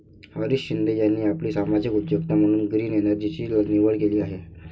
हरीश शिंदे यांनी आपली सामाजिक उद्योजकता म्हणून ग्रीन एनर्जीची निवड केली आहे